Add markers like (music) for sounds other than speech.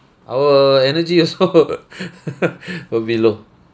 our energy also (laughs) will be low